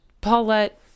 Paulette